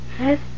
Yes